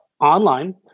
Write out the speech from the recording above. Online